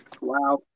Wow